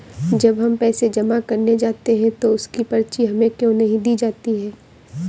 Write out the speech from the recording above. जब हम पैसे जमा करने जाते हैं तो उसकी पर्ची हमें क्यो नहीं दी जाती है?